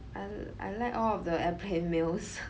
um I like all of the airplane meals